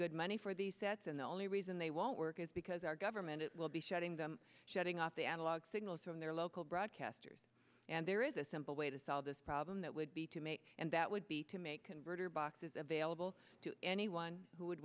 good money for these sets and the only reason they won't work is because our government will be shutting them shutting off the analog signals from their local broadcasters and there is a simple way to solve this problem that would be to make and that would be to make converter boxes available to anyone who would